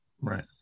Right